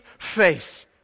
face